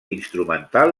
instrumental